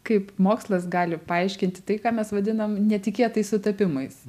kaip mokslas gali paaiškinti tai ką mes vadinam netikėtais sutapimais